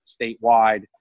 statewide